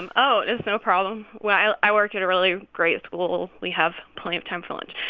um oh, it's no problem. well, i work at a really great school. we have plenty of time for lunch.